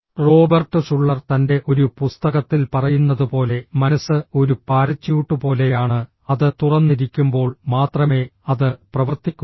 Robert Schuller തന്റെ ഒരു പുസ്തകത്തിൽ പറയുന്നതുപോലെ മനസ്സ് ഒരു പാരച്യൂട്ട് പോലെയാണ് അത് തുറന്നിരിക്കുമ്പോൾ മാത്രമേ അത് പ്രവർത്തിക്കൂ